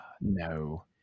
no